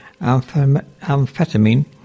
amphetamine